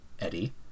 Eddie